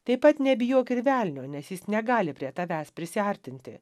taip pat nebijok ir velnio nes jis negali prie tavęs prisiartinti